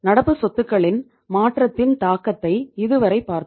நடப்பு சொத்துக்களின் மாற்றத்தின் தாக்கத்தை இது வரை பார்த்தோம்